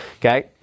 okay